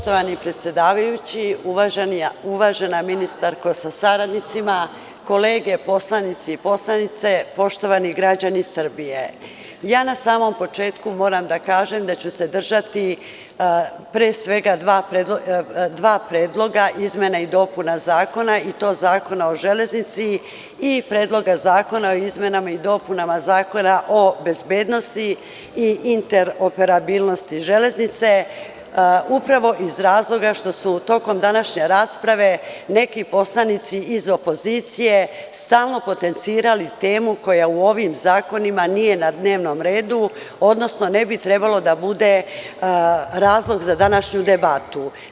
Poštovani predsedavajući, uvažena ministarko sa saradnicima, kolege poslanici i poslanice, poštovani građani Srbije, na samom početku moram da kažem da ću se držati pre svega dva predloga izmena i dopuna Zakona i to Zakona o železnici i Predloga zakona o izmenama i dopunama Zakona o bezbednosti i interoperabilnosti železnice upravo iz razloga što su to tokom današnje rasprave neki poslanici iz opozicije stalno potencirali temu koja u ovim zakonima nije na dnevnom redu, odnosno ne bi trebalo da bude razlog za današnju debatu.